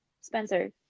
Spencer